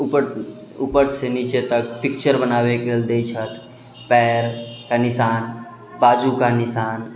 उपर उपर सँ नीचे तक पिक्चर बनाबैके लेल दै छथि पयरके निशान बाजूके निशान